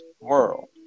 world